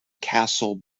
castle